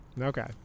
Okay